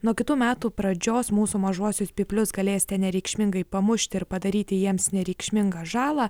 nuo kitų metų pradžios mūsų mažuosius pyplius galėsite nereikšmingai pamušti ir padaryti jiems nereikšmingą žalą